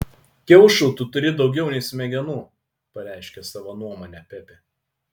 kiaušų tu turi daugiau nei smegenų pareiškė savo nuomonę pepė